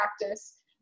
practice